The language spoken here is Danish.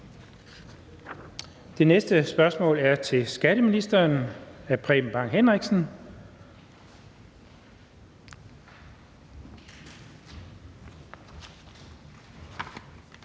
Det næste spørgsmål (spm. nr. S 670) er til skatteministeren af Preben Bang Henriksen.